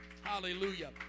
Hallelujah